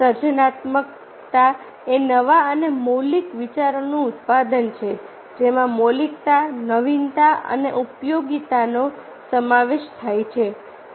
સર્જનાત્મકતા એ નવા અને મૌલિક વિચારોનું ઉત્પાદન છે જેમાં મૌલિકતા નવીનતા અને ઉપયોગીતાનો સમાવેશ થાય છે